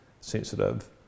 sensitive